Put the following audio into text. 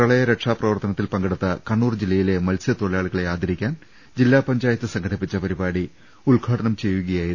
പ്രളയ രക്ഷാപ്രവർത്തനത്തിൽ പങ്കെടുത്ത കണ്ണൂർ ജില്ലയിലെ മത്സ്യതൊഴിലാളികളെ ആദരിക്കാൻ ജില്ലാ പഞ്ചായത്ത് സംഘടിപ്പിച്ച പരിപാടി ഉദ്ഘാടനം ചെയ്യുകയായിരുന്നു